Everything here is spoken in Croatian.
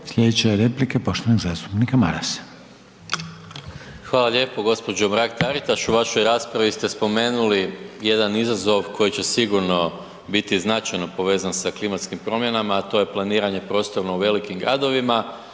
Slijedeća je replika poštovanog zastupnika Marasa. **Maras, Gordan (SDP)** Hvala lijepo. Gospođo Mrak Taritaš u vašoj raspravi ste spomenuli jedan izazova koji će sigurno biti značajno povezan sa klimatskim promjenama, a to je planiranje prostorno u velikim gradovima